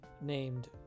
named